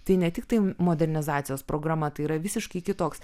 tai ne tik tai modernizacijos programa tai yra visiškai kitoks